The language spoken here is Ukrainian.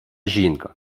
жінка